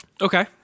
Okay